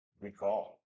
Recall